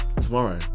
tomorrow